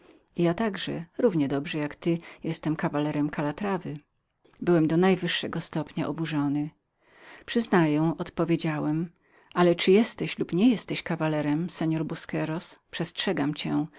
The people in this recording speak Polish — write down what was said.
ja także równie dobrze jak ty jestem kawalerem kalatrawy byłem do najwyższego stopnia oburzony wyznaję odpowiedziałem ale czy jesteś lub nie jesteś kawalerem mości busqueros przestrzegam cię